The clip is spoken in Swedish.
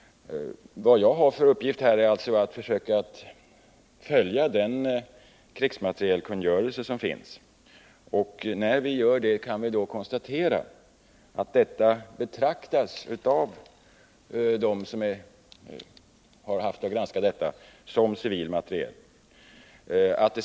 Min uppgift är alltså att försöka följa den krigsmaterielkungörelse som finns, och då kan konstateras att denna materiel, av dem som haft att granska den, betraktats som civil materiel.